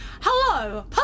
Hello